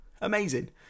Amazing